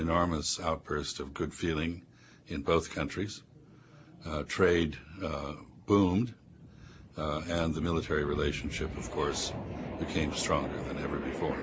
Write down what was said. enormous outburst of good feeling in both countries trade boom and the military relationship of course became stronger than ever before